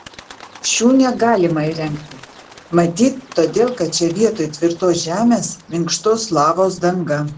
šių negalima įrengti matyt todėl kad čia vietoj tvirtos žemės minkštos lavos danga